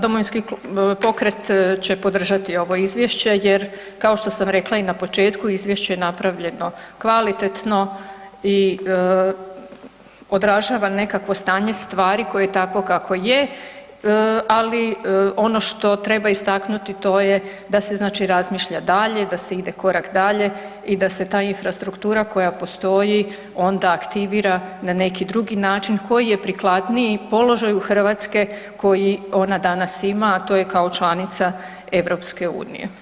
Domovinski pokret će podržati ovo Izvješće jer kao što sam rekla i na početku, Izvješće je napravljeno kvalitetno i odražava nekakvo stanje stvari koje je takvo kakvo je, ali ono što treba istaknuti, to je da se, znači razmišlja dalje, da se ide korak dalje i da se ta infrastruktura koja postoji onda aktivira na neki drugi način koji je prikladniji položaju Hrvatske koji ona danas ima, a to je kao članica EU.